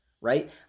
right